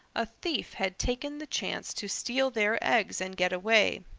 a thief had taken the chance to steal their eggs and get away.